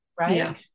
Right